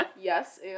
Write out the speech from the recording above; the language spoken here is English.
Yes